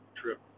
trip